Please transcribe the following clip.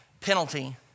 penalty